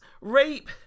rape